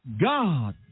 God